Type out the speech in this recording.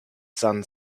sun